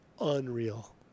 unreal